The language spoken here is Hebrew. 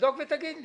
תבדוק ותגיד לי.